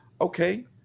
Okay